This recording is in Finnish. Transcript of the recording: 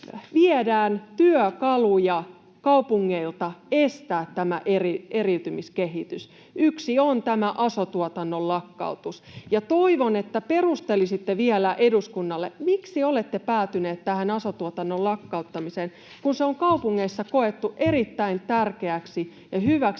viedään työkaluja kaupungeilta estää tämä eriytymiskehitys. Yksi on tämä aso-tuotannon lakkautus. Toivon, että perustelisitte vielä eduskunnalle, miksi olette päätyneet tähän aso-tuotannon lakkauttamiseen, kun se on kaupungeissa koettu erittäin tärkeäksi ja hyväksi